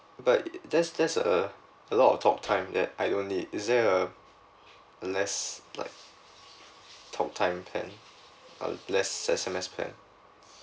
but that's that's uh a lot of talk time that I don't need is there a a less like talk time plan uh less S_M_S plan